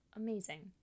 amazing